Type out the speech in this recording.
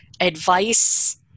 advice